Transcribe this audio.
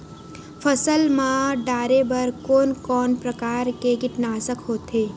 फसल मा डारेबर कोन कौन प्रकार के कीटनाशक होथे?